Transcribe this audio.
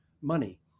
money